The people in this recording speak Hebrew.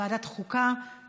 לוועדת החוקה,